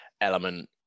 element